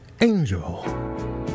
Angel